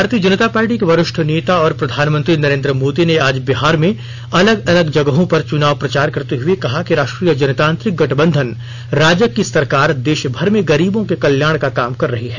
भारतीय जनता पार्टी के वरिष्ठ नेता और प्रधानमन्त्री नरेंद्र मोदी ने आज बिहार में अलग अलग जगहों पर चुनाव प्रचार करते हुए कहा कि राष्ट्रीय जनतांत्रिक गठबंधन राजग की सरकार देशभर में गरीबों के कल्याण का काम कर रही है